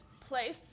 place